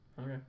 Okay